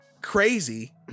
crazy